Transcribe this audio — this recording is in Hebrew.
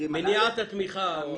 מניעת התמיכה.